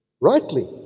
rightly